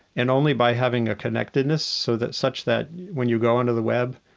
and only by having a connectedness so that such that when you go onto the web,